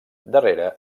darrere